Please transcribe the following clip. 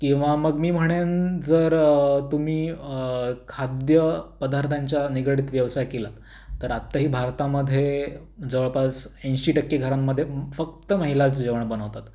किंवा मग मी म्हणेन जर तुमी खाद्यपदार्थांच्या निगडित व्यवसाय केलात तर आत्ताही भारतामध्ये जवळपास ऐंशी टक्के घरांमध्ये फक्त महिलाच जेवण बनवतात